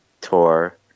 tour